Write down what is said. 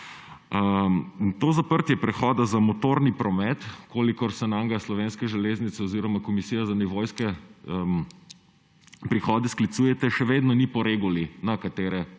To zaprtje prehoda za motorni promet, kolikor se na njega Slovenske železnice oziroma Komisija za nivojske prehode sklicujete, še vedno ni po regulah, na katere